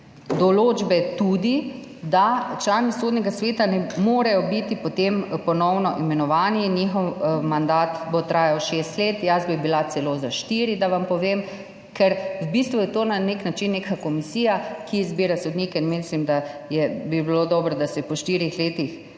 določbe, da člani Sodnega sveta ne morejo biti potem ponovno imenovani, njihov mandat bo trajal šest let. Jaz bi bila celo za štiri, da vam povem, ker je v bistvu to na nek način neka komisija, ki izbira sodnike, in mislim, da bi bilo dobro, da se po štirih letih